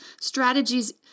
strategies